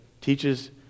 teaches